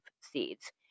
seeds